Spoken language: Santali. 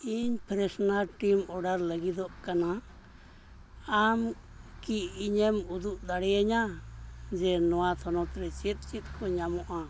ᱤᱧ ᱯᱷᱮᱱᱮᱥᱚᱱᱟᱨ ᱟᱭᱴᱮᱢᱥ ᱚᱨᱰᱟᱨ ᱞᱟᱹᱜᱤᱫᱚᱜ ᱠᱟᱱᱟ ᱟᱢᱠᱤ ᱤᱧᱮᱢ ᱩᱫᱩᱜ ᱫᱟᱲᱮᱭᱟᱹᱧᱟᱹ ᱡᱮ ᱱᱚᱣᱟ ᱛᱷᱚᱱᱚᱛᱨᱮ ᱪᱮᱫ ᱪᱮᱫᱠᱚ ᱧᱟᱢᱚᱜᱼᱟ